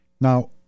Now